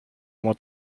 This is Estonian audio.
oma